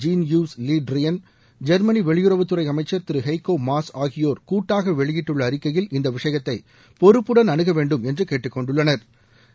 gene Yves Le Drian Germany வெளியுறவுத்துறை அமைச்சர் Thiru Heiko Maas ஆகியோர் கூட்டாக வெளியிட்டுள்ள அறிக்கையில் இந்த விஷயத்தை பொறுப்புடன் அனுகவேண்டும் என்று கேட்டுக்கொண்டுள்ளனா்